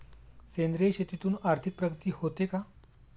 सेंद्रिय शेतीतून आर्थिक प्रगती होते का?